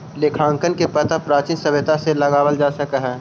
लेखांकन के पता प्राचीन सभ्यता से लगावल जा सकऽ हई